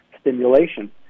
stimulation